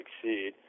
succeed